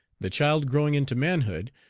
the child growing into manhood,